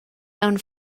aunc